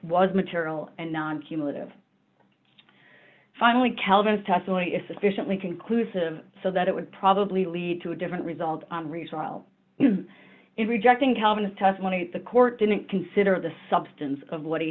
was material and not cumulative finally calvin's testimony is sufficiently conclusive so that it would probably lead to a different result resile in rejecting calvin's testimony the court didn't consider the substance of what he